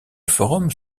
forums